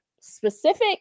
specific